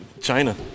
China